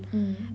mm